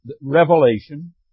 Revelation